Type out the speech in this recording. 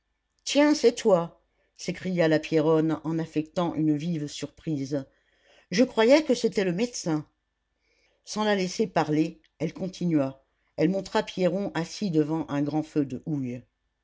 tiens c'est toi s'écria la pierronne en affectant une vive surprise je croyais que c'était le médecin sans la laisser parler elle continua elle montra pierron assis devant un grand feu de houille